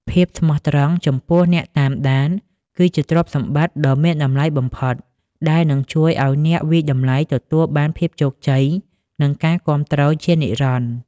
ភាពស្មោះត្រង់ចំពោះអ្នកតាមដានគឺជាទ្រព្យសម្បត្តិដ៏មានតម្លៃបំផុត ដែលនឹងជួយឱ្យអ្នកវាយតម្លៃទទួលបានភាពជោគជ័យ និងការគាំទ្រជានិរន្តរ៍។